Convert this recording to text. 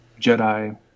Jedi